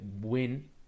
win